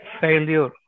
failure